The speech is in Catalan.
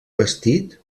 vestit